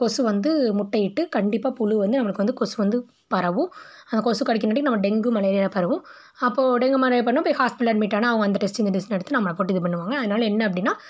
கொசு வந்து முட்டையிட்டு கண்டிப்பாக புழு வந்து நம்மளுக்கு வந்து கொசு வந்து பரவும் அந்த கொசு கடிக்கங்காட்டியும் நம்ம டெங்கு மலேரியா பரவும் அப்போ டெங்கு மலேரியா பரவுனா போய் ஹாஸ்பிட்டலில் அட்மிட்டானா அவங்க அந்த டெஸ்ட் இந்த டெஸ்ட்னு எடுத்து நம்மளை போட்டு இது பண்ணுவாங்க அதனால என்ன அப்படினா